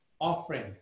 offering